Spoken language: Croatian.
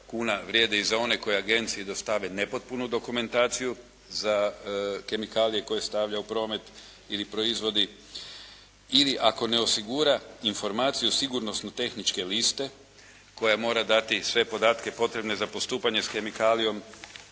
kuna vrijede i za one koje agenciji dostave nepotpunu dokumentaciju za kemikalije koje stavlja u promet ili proizvodi ili ako ne osigura informaciju sigurnosno-tehničke liste koje mora dati sve podatke potrebne za postupanje s kemikalijom.